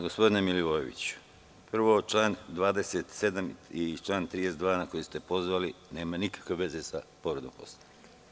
Gospodine Milivojeviću, prvo član 27. i član 32. na koji ste se pozvali nema nikakve veze sa povredom Poslovnika.